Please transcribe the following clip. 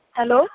hello